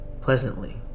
pleasantly